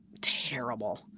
Terrible